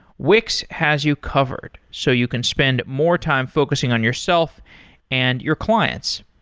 wix has you covered, so you can spend more time focusing on yourself and your clients.